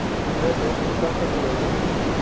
अरे दो क्विंटल तक लेना है